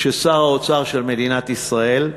כששר האוצר של מדינת ישראל,